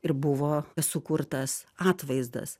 ir buvo sukurtas atvaizdas